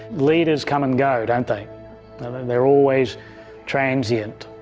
leaders come and go, don't they? and and they are always transient.